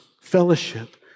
fellowship